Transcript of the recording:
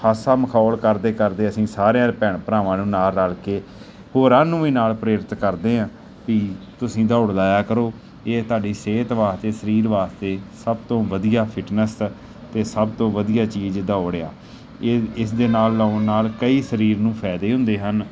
ਹਾਸਾ ਮਖੌਲ ਕਰਦੇ ਕਰਦੇ ਅਸੀਂ ਸਾਰਿਆਂ ਭੈਣ ਭਰਾਵਾਂ ਨੂੰ ਨਾਲ ਰਲ ਕੇ ਹੋਰਾਂ ਨੂੰ ਵੀ ਨਾਲ ਪ੍ਰੇਰਿਤ ਕਰਦੇ ਹਾਂ ਭਈ ਤੁਸੀਂ ਦੌੜ ਲਾਇਆ ਕਰੋ ਇਹ ਤੁਹਾਡੀ ਸਿਹਤ ਵਾਸਤੇ ਸਰੀਰ ਵਾਸਤੇ ਸਭ ਤੋਂ ਵਧੀਆ ਫਿਟਨੈਸ ਅਤੇ ਸਭ ਤੋਂ ਵਧੀਆ ਚੀਜ਼ ਦੌੜ ਆ ਇਸ ਦੇ ਨਾਲ ਲਾਉਣ ਨਾਲ ਕਈ ਸਰੀਰ ਨੂੰ ਫਾਇਦੇ ਹੁੰਦੇ ਹਨ